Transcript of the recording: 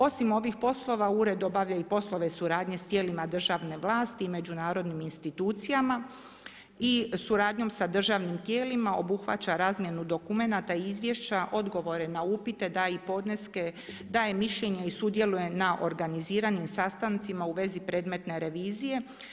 Osim ovih poslova ured obavlja i poslove suradnje s tijelima državne vlasti i međunarodnim institucijama i suradnjom sa državnim tijelima obuhvaća razmjenu dokumenata i izvješća, odgovore na upite, daje i podneske, daje i mišljenja i sudjeluje na organiziranim sastancima u vezi predmetne revizije.